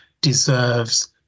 deserves